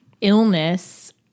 illness